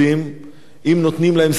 אז מדובר בשכר רעב,